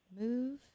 move